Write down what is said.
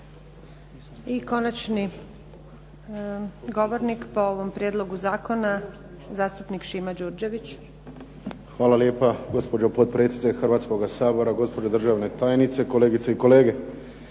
I konačni govornik po ovom prijedlogu zakona, zastupnik Šimo Đurđević. **Đurđević, Šimo (HDZ)** Hvala lijepa gospođo potpredsjednice Hrvatskoga sabora, gospođo državna tajnice, kolegice i kolege.